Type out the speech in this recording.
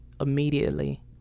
immediately